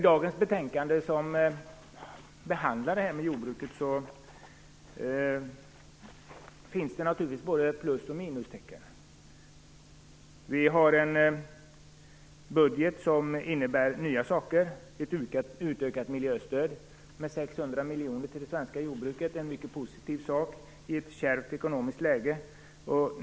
I dagens betänkande, som behandlar det här med jordbruket, finns det naturligtvis både plus och minustecken. Vi har en budget som innebär nya saker. 600 miljoner kronor. Det är mycket positivt i ett kärvt ekonomiskt läge.